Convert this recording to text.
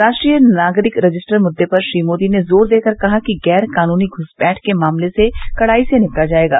राष्ट्रीय नागरिक रजिस्टर मुद्दे पर श्री मोदी ने जोर देकर कहा कि गैर कानूनी घुसपैठ के मामलों से कड़ाई से निपटा जाएगा